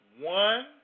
one